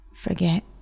forget